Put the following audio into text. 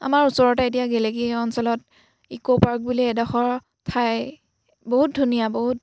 আমাৰ ওচৰতে এতিয়া গেলেকী অঞ্চলত ইক' পাৰ্ক বুলি এডোখৰ ঠাই বহুত ধুনীয়া বহুত